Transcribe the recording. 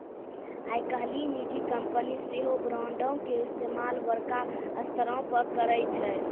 आइ काल्हि निजी कंपनी सेहो बांडो के इस्तेमाल बड़का स्तरो पे करै छै